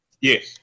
Yes